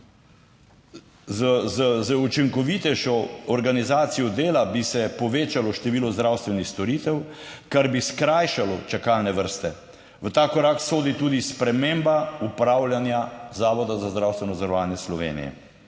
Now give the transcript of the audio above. Z učinkovitejšo organizacijo dela bi se povečalo število zdravstvenih storitev, kar bi skrajšalo čakalne vrste. V ta korak sodi tudi sprememba upravljanja Zavoda za zdravstveno zavarovanje Slovenije.